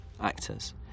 actors